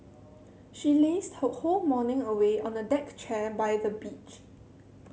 she lazed her whole morning away on a deck chair by the beach